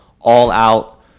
all-out